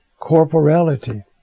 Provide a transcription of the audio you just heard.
corporality